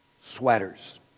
sweaters